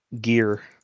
gear